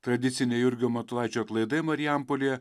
tradiciniai jurgio matulaičio atlaidai marijampolėje